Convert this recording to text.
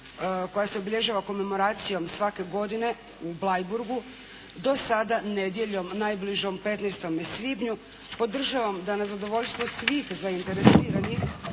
koja se obilježava komemoracijom svake godine u Bleiburgu do sada nedjeljom najbližom 15. svibnju podržavam da na zadovoljstvo svih zainteresiranih